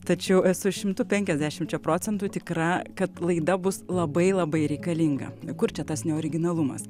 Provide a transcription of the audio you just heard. tačiau esu šimtu penkiasdešimčia procentų tikra kad laida bus labai labai reikalinga kur čia tas neoriginalumas